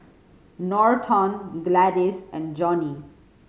Norton Gladis and Johnnie